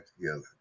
together